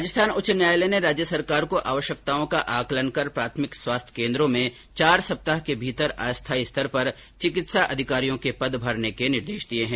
राजस्थान उच्च न्यायालय ने राज्य सरकार को आवश्यकताओं का आकलन कर प्राथमिक स्वास्थ्य केंद्रों में चार सप्ताह के भीतर अस्थायी स्तर पर चिकित्सा अधिकारियों के पद भरने के निर्देश दिए हैं